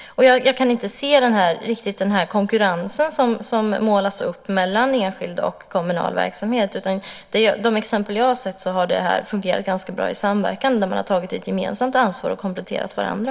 Jag kan inte riktigt se den konkurrens som målas upp mellan enskild och kommunal verksamhet. I de exempel jag har sett har det fungerat ganska bra i samverkan. Man har tagit ett gemensamt ansvar och kompletterat varandra.